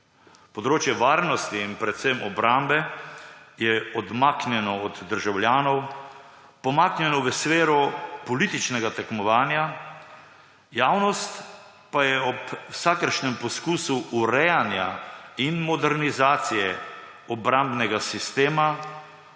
Področje varnosti in predvsem obrambe je odmaknjeno od državljanov, pomaknjeno v sfero političnega tekmovanja, javnost pa je ob vsakršnem poskusu urejanja in modernizacije obrambnega sistema